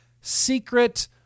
secret